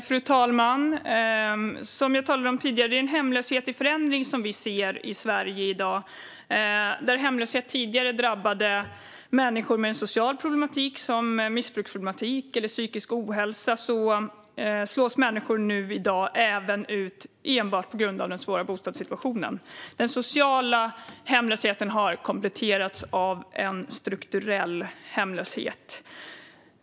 Fru talman! Som jag talade om tidigare ser vi i Sverige i dag en hemlöshet i förändring. Tidigare drabbade hemlöshet människor med en social problematik, som missbruksproblematik eller psykisk ohälsa. I dag slås människor även ut även enbart på grund av den svåra bostadssituationen. Den sociala hemlösheten har kompletterats med en strukturell hemlöshet.